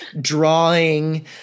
drawing